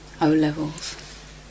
O-levels